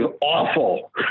awful